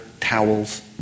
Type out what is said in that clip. towels